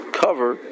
cover